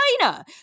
China